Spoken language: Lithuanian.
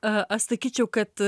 a aš sakyčiau kad